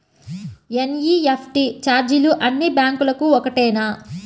NEFT ఛార్జీలు అన్నీ బ్యాంక్లకూ ఒకటేనా?